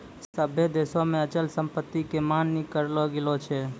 सभ्भे देशो मे अचल संपत्ति के मान्य करलो गेलो छै